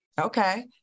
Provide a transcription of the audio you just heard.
Okay